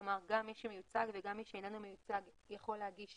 כלומר, מי שמיוצג וגם מי שאיננו מיוצג יכול להגיש